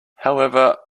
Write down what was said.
however